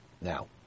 Now